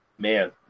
man